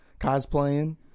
cosplaying